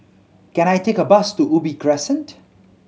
can I take a bus to Ubi Crescent